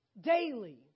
daily